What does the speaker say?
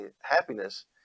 happiness